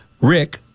Rick